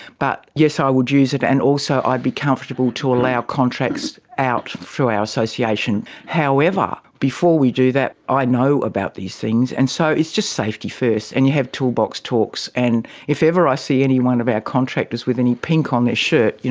but yes, i would use it, and also i'd be comfortable to allow contracts out through our association. however, before we do that, i know about these things, and so it's just safety first, and you have toolbox talks. and if ever i see anyone of our contractors with any pink on their shirt,